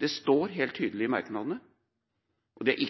Det står helt tydelig i merknadene, og de er